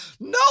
No